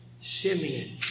Simeon